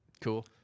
Cool